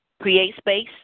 CreateSpace